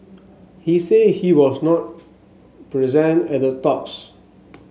he said he was not present at the talks